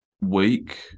week